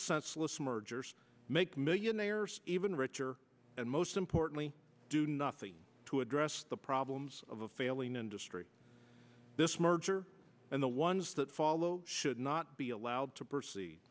senseless mergers make millionaires even richer and most importantly do nothing to address the problems of a failing industry this merger and the ones that follow should not be allowed to proceed